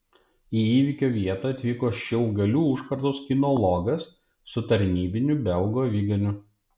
į įvykio vietą atvyko šilgalių užkardos kinologas su tarnybiniu belgų aviganiu